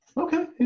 Okay